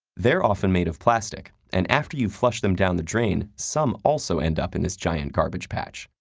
they're often made of plastic, and after you flush them down the drain, some also end up in this giant garbage patch,